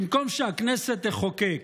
במקום שהכנסת תחוקק